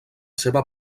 seva